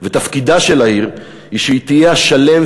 ותפקידה של העיר הוא שהיא תהיה השלם,